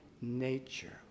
nature